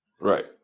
Right